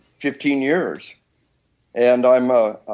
fifteen years and i am ah